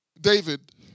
David